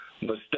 mistake